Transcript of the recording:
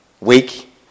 week